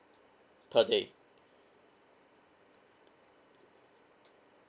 per day